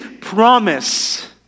promise